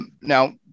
now